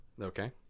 Okay